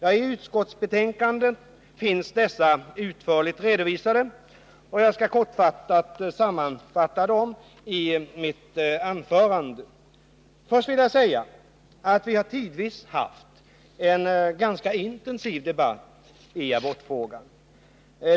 I utskottsbetänkandet finns dessa utförligt redovisade, och jag skall kortfattat sammanfatta dem i mitt anförande. Först vill jag säga, att vi tidvis har haft en ganska intensiv debatt i abortfrågan.